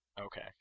Okay